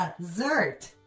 dessert